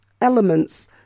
elements